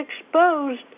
exposed